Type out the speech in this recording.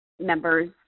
members